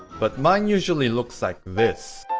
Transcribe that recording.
but mine usually looks like this